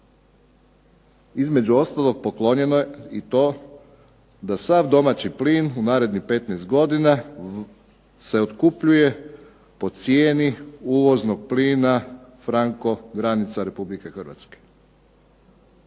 Između ostalog poklonjeno je i to da sav domaći plin u narednih 15 godina se otkupljuje po cijeni uvoznog plina franko granica Republike Hrvatske.